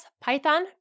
Python